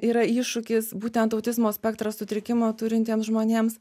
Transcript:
yra iššūkis būtent autizmo spektro sutrikimą turintiems žmonėms